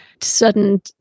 sudden